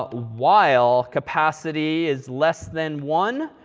ah while capacity is less than one.